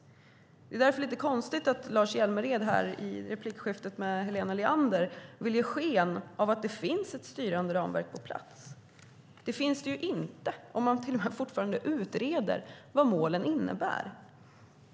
Det var därför lite konstigt att Lars Hjälmered i replikskiftet med Helena Leander ville ge sken av att det finns ett styrande ramverk på plats. Det finns det ju inte om man till och med fortfarande utreder vad målen innebär.